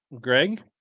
Greg